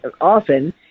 often